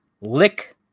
Lick